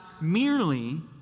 merely—